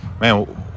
Man